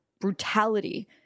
brutality